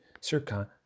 circa